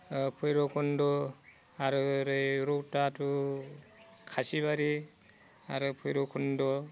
भैराबकुन्द आरो ओरै रौता टु खासिबारि आरो भैराबकुन्द